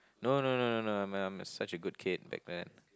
no no no no no I'm a I'm such a good kid back then